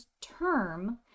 term